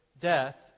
death